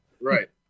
Right